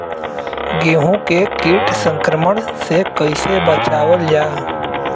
गेहूँ के कीट संक्रमण से कइसे बचावल जा?